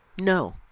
No